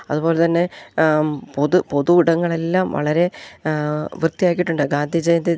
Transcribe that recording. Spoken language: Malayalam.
അതു പോലെ തന്നെ പൊതു പൊതു ഇടങ്ങളെല്ലാം വളരെ വൃത്തിയാക്കിയിട്ടുണ്ട് ഗാന്ധി ജയന്തി